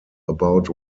about